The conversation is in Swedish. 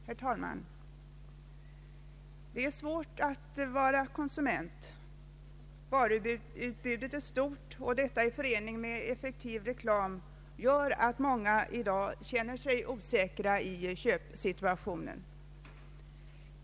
Herr talman! Det är svårt att vara konsument. Varuutbudet är stort, och detta i förening med en effektiv reklam gör att många i dag känner sig osäkra i köpsituationen.